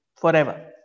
forever